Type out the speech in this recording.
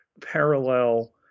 parallel